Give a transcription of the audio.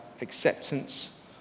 acceptance